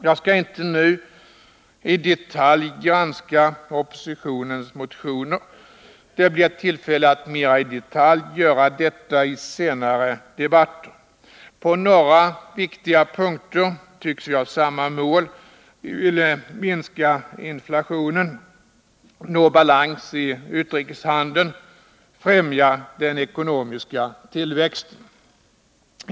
Jag skall inte nu i detalj granska oppositionens motioner. Det blir tillfälle att mera i detalj göra detta i senare debatter. På några viktiga punkter tycks vi ha samma mål. Vi vill minska inflationen, nå balans i utrikeshandeln och främja den ekonomiska tillväxten.